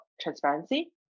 transparency